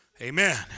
Amen